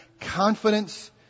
confidence